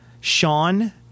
Sean